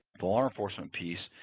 the law enforcement piece